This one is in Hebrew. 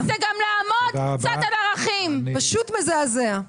פשוט מזעזע.